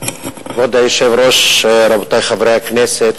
כבוד היושב-ראש, רבותי חברי הכנסת,